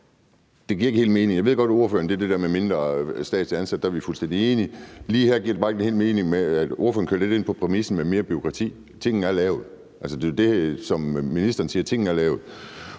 det ikke helt mening. Jeg ved godt, at ordføreren mener det der med færre statsligt ansatte, og der er vi fuldstændig enige. Lige her giver det bare ikke helt mening, at ordføreren kører lidt ind på præmissen med mere bureaukrati. Tingene er lavet. Det er jo det, som ministeren siger: Tingene er lavet.